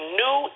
new